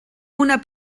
una